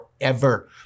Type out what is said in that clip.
forever